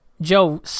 Joe